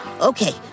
Okay